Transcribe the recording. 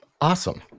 Awesome